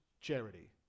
charity